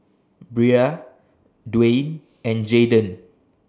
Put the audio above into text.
Brea Dwain and Jayden